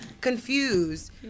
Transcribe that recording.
confused